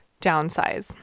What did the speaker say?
downsize